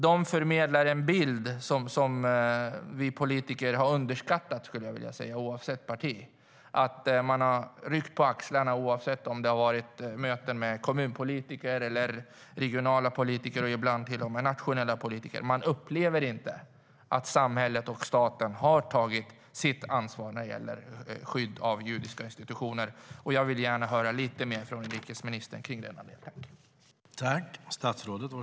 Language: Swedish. De förmedlar en bild som vi politiker har underskattat, oavsett parti. Politiker har ryckt på axlarna, antingen det har varit kommunpolitiker, regionala politiker eller ibland till och med nationella politiker. Man upplever inte att samhället och staten har tagit sitt ansvar när det gäller skydd av judiska institutioner. Jag vill gärna höra lite mer från inrikesministern om detta.